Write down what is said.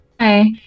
hi